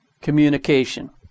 communication